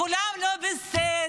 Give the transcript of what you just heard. כולם לא בסדר,